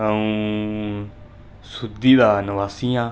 अ'ऊं सुद्दी दा नवासी आं